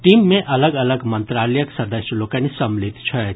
team मे अलग अलग मंत्रालयक सदस्य लोकनि सम्मिलित छथि